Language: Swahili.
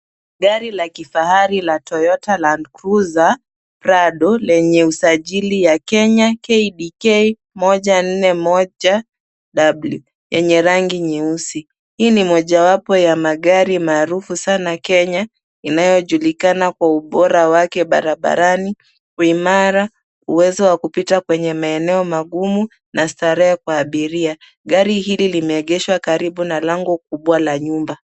Gari la kifahari la Toyota Land Cruiser Prado lenye usajili ya Kenya KDK 141W, yenye rangi nyeusi. Hii ni moja wapo ya magari maarufu sana Kenya inayojulikana kwa ubora wake barabarani kwa imara, uwezo wa kupita kwenye maeneo magumu na starehe kwa abiria. Gari hili limeegeshwa karibu na lango kubwa la nyumba.